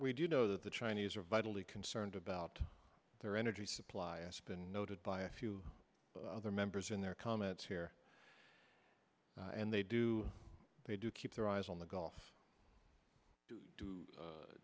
we do know that the chinese are vitally concerned about their energy supply as been noted by a few other members in their comments here and they do they do keep their eyes on the gulf do